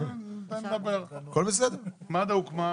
מד"א הוקמה